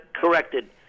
corrected